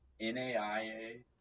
NAIA –